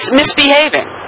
misbehaving